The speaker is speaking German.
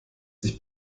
sich